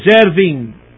deserving